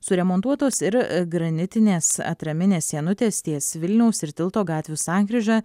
suremontuotos ir a granitinės atraminės sienutės ties vilniaus ir tilto gatvių sankryža